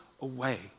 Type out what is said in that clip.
away